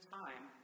time